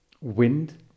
wind